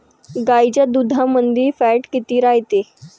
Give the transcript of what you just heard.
गाईच्या दुधामंदी फॅट किती रायते?